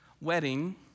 wedding